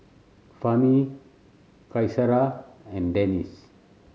Fahmi Qaisara and Danish